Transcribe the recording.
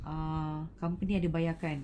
err company ada bayarkan